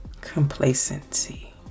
Complacency